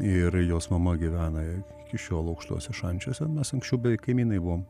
ir jos mama gyvena iki šiol aukštuose šančiuose mes anksčiau beveik kaimynai buvom